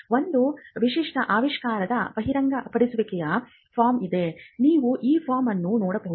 ಒಂದು ವಿಶಿಷ್ಟ ಆವಿಷ್ಕಾರದ ಬಹಿರಂಗಪಡಿಸುವಿಕೆಯ ಫಾರ್ಮ್ ಇದೆ ನೀವು ಈ ಫಾರ್ಮ್ ಅನ್ನು ನೋಡಬಹುದು